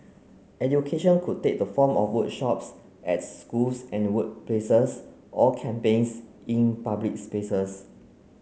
education could take the form of workshops at schools and workplaces or campaigns in public spaces